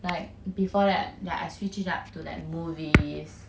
like before that I switched it up to like movies